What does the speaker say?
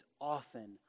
often